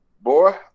boy